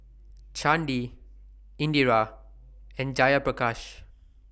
Chandi Indira and Jayaprakash